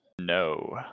No